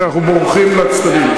כי אנחנו בורחים לצדדים.